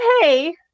hey